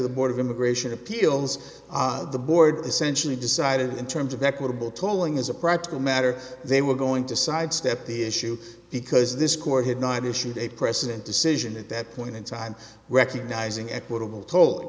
the board of immigration appeals the board essentially decided in terms of equitable tolling as a practical matter they were going to sidestep the issue because this court had night issued a precedent decision at that point in time recognizing equitable t